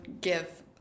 give